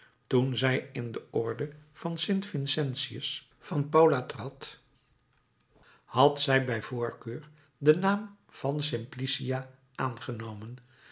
toen zij in de orde van sint vincentius van paula trad had zij bij voorkeur den naam van simplicia aangenomen